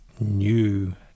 new